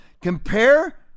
Compare